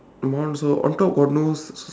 my one also on top got no